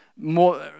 More